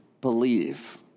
believe